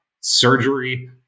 surgery